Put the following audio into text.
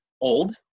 old